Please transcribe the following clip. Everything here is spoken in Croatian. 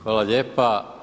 Hvala lijepa.